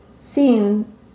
seen